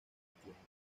tiendas